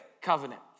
Covenant